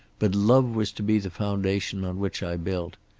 but love was to be the foundation on which i built.